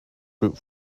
brute